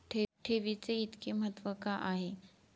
ठेवीचे इतके महत्व का आहे?